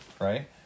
right